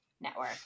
network